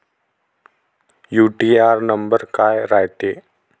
UTR number काय रायते?